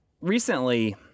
recently